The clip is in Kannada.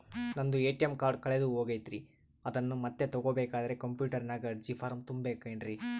ನಂದು ಎ.ಟಿ.ಎಂ ಕಾರ್ಡ್ ಕಳೆದು ಹೋಗೈತ್ರಿ ಅದನ್ನು ಮತ್ತೆ ತಗೋಬೇಕಾದರೆ ಕಂಪ್ಯೂಟರ್ ನಾಗ ಅರ್ಜಿ ಫಾರಂ ತುಂಬಬೇಕನ್ರಿ?